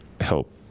help